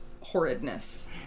horridness